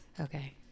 Okay